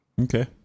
Okay